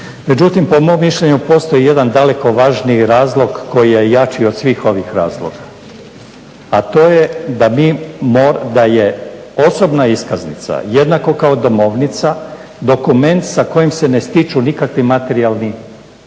Međutim, po mom mišljenju postoji jedan daleko važniji razlog koji je jači od svih ovih razloga, a to je da je osobna iskaznica jednako kao Domovnica dokument sa kojim se ne stiču nikakvi materijalni probici